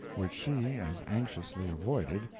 which she as anxiously avoided,